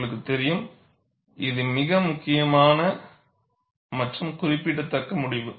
உங்களுக்கு தெரியும் இது மிக முக்கியமான மற்றும் குறிப்பிடத்தக்க முடிவு